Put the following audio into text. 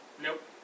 Nope